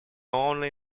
only